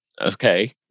okay